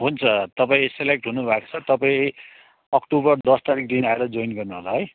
हुन्छ तपाईँ सेलेक्ट हुनुभएको छ तपाईँ अक्टुबर दस तारिकदेखि आएर ज्वाइन गर्नुहोला है